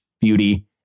beauty